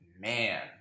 man